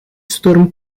storm